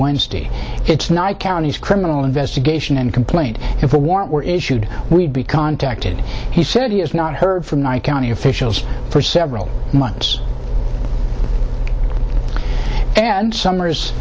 wednesday it's not county's criminal investigation and complaint if a warrant were issued we'd be contacted he said he has not heard from ny county officials for several months and summer